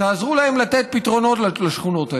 תעזרו להם לתת פתרונות לשכונות האלה.